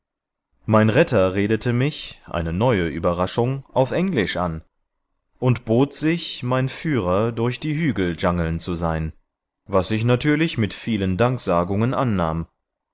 mein retter redete mich eine neue überraschung auf englisch an und bot sich an mein führer durch die hügel dschangeln zu sein was ich natürlich mit vielen danksagungen annahm